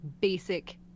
basic